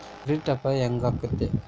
Credit ಅಪಾಯಾ ಹೆಂಗಾಕ್ಕತೇ?